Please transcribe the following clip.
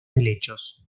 helechos